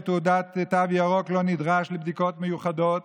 תעודת תו ירוק לא נדרש לבדיקות מיוחדות,